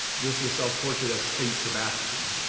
this is self-portrait as saint sebastian,